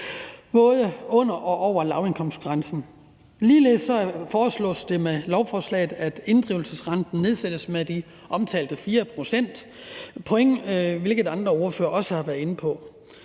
både under og over lavindkomstsgrænsen. Ligeledes foreslås det med lovforslaget, at inddrivelsesrenten nedsættes med de omtalte 4 procentpoint, hvilket andre ordførere også har været inde på.